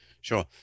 Sure